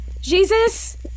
Jesus